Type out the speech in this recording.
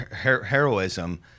heroism